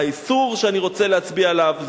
האיסור שאני רוצה להצביע עליו זה,